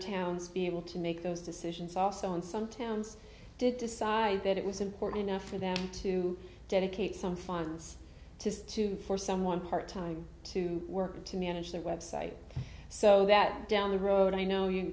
towns be able to make those decisions also in some towns did decide that it was important enough for them to dedicate some funds to to for someone part time to work to manage their website so that down the road i know you